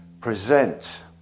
present